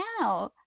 now